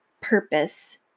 purpose